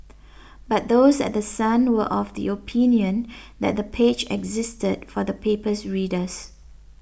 but those at The Sun were of the opinion that the page existed for the paper's readers